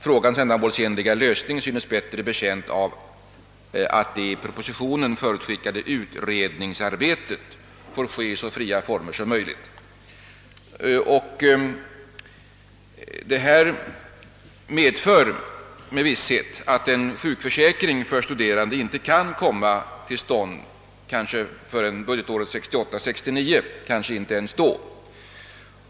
Frågans ändamålsenliga lösning synes bättre betjänt av att det i propositionen förutskickade utredningsarbetet får ske i så fria former som möjligt.» Detta medför med visshet att en sjukförsäkring för de studerande inte kan komma till stånd förrän budgetåret 1968/69, kanske inte ens då.